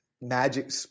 magic